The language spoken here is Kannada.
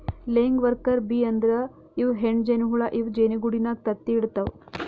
ಲೆಯಿಂಗ್ ವರ್ಕರ್ ಬೀ ಅಂದ್ರ ಇವ್ ಹೆಣ್ಣ್ ಜೇನಹುಳ ಇವ್ ಜೇನಿಗೂಡಿನಾಗ್ ತತ್ತಿ ಇಡತವ್